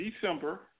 December